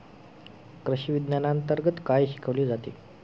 कृषीविज्ञानांतर्गत काय शिकवले जाते?